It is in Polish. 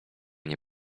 nie